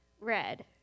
red